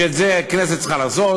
שאותם הכנסת צריכה לעשות,